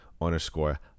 underscore